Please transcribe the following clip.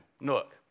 Look